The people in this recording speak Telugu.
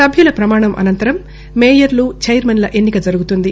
సభ్యుల పమాణం అసంతరం మేయర్లు చైర్మన్ల ఎన్నిక జరుగుతుంది